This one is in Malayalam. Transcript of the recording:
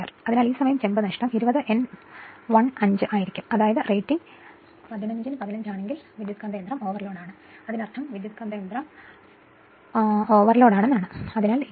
അതിനാൽ ആ സമയം ചെമ്പ് നഷ്ടം 20 N15 ആയിരിക്കും അതായത് റേറ്റിംഗ് 15 ന് 15 ആണെങ്കിൽ ട്രാൻസ്ഫോർമർ ഓവർലോഡാണ് അതിനർത്ഥം ട്രാൻസ്ഫോർമർ ഓവർലോഡ് ആണെന്നാണ്